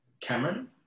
Cameron